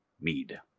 mead